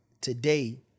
today